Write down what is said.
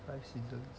five seasons